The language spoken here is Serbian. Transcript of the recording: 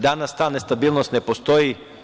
Danas ta nestabilnosti ne postoji.